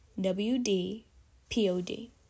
W-D-P-O-D